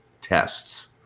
tests